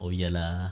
oh ya lah